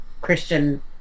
Christian